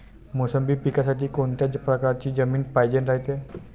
मोसंबी पिकासाठी कोनत्या परकारची जमीन पायजेन रायते?